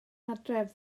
adref